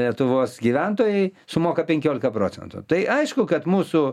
lietuvos gyventojai sumoka penkiolika procentų tai aišku kad mūsų